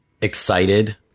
excited